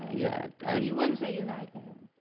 yeah ah you wouldn't say you like it?